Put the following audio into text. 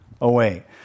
away